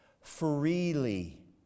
Freely